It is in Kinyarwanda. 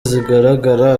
zigaragara